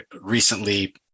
recently